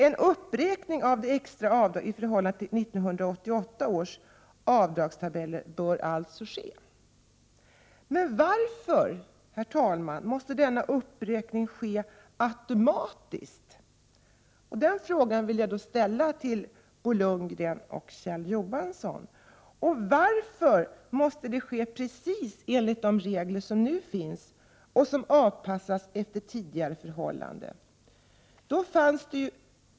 En uppräkning av de extra avdragen i förhållande till 1988 års avdragstabeller bör alltså ske. Men varför, herr talman, måste denna uppräkning ske automatiskt? Den frågan vill jag ställa till Bo Lundgren och Kjell Johansson. Varför måste den ske precis enligt de regler som nu finns och som avpassats efter tidigare förhållanden?